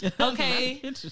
Okay